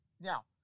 Now